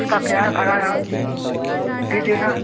उसका किराया भाड़ा है आप दे देना